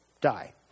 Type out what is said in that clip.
die